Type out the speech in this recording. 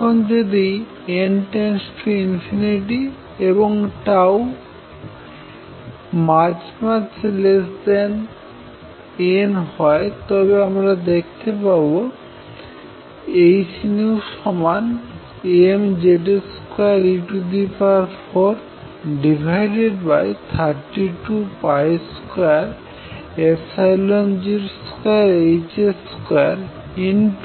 এখন যদি n →∞ এবংτ n হয় তবে আমরা দেখতে পাবো h mZ2e432202h2n2τn4 mZ2e432202h21n32τ